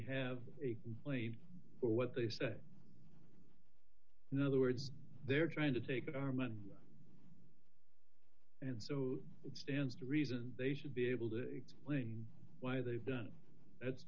have a plea for what they say in other words they're trying to take our money and so it stands to reason they should be able to explain why they've done it that's